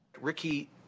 Ricky